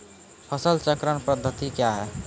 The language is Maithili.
फसल चक्रण पद्धति क्या हैं?